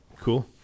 Cool